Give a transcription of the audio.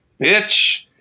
bitch